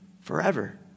forever